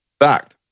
Fact